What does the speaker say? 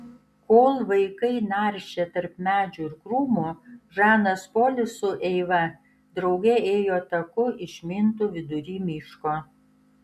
kol vaikai naršė tarp medžių ir krūmų žanas polis su eiva drauge ėjo taku išmintu vidury miško